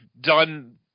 done